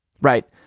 Right